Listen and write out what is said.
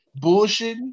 bullshitting